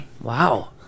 wow